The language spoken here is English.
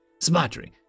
smattering